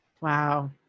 Wow